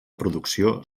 producció